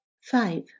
Five